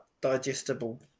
digestible